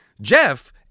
Jeff